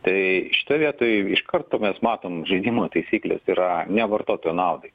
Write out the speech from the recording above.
tai šitoj vietoj iš karto mes matom žaidimo taisyklės yra ne vartotojo naudai